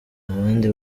abandi